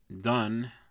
done